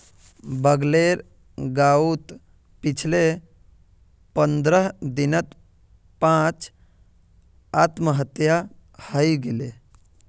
बगलेर गांउत पिछले पंद्रह दिनत पांच आत्महत्या हइ गेले